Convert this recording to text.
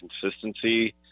consistency